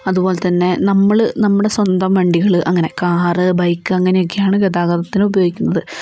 അതുപോലെ തന്നെ നമ്മള് നമ്മുടെ സ്വന്തം വണ്ടികള് അങ്ങനെ കാറ് ബൈക്ക് അങ്ങനെ ഒക്കെയാണ് ഗതാഗതത്തിന് ഉപയോഗിക്കുന്നത്